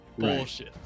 bullshit